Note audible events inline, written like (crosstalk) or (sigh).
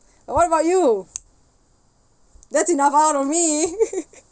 (breath) but what about you that's enough out of me (laughs)